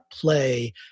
play